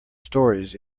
stories